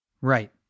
Right